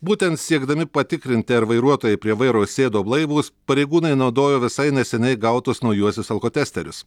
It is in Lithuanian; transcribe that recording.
būtent siekdami patikrinti ar vairuotojai prie vairo sėdo blaivūs pareigūnai naudojo visai neseniai gautus naujuosius alkotesterius